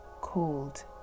called